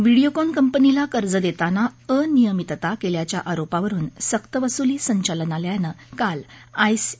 व्हिडियोकॉन कंपनीला कर्ज देताना अनियमितता केल्याच्या आरोपावरून सक्तवसुली संचालनालयानं काल आयसी